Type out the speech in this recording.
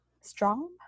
Strong